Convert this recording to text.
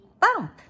bump